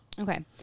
okay